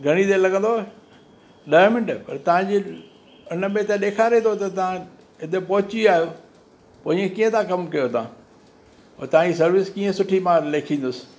घणी देर लॻंदव ॾह मिंट तव्हां जी उनमें त ॾेखारे थो त तव्हां हिते पहुची विया आहियो पोइ इएं कीअं था कमु कयो तव्हां तव्हां जी सर्विस कीअं सुठी मां लेखींदुसि